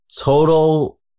total